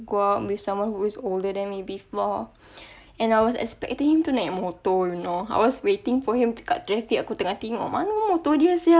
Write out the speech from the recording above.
go out with someone who is older than me before and I was expecting him to naik motor you know I waiting for him to kat traffic aku tengah tengok mana motor dia sia